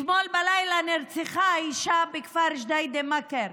אתמול בלילה נרצחה אישה בכפר ג'דיידה-מכר,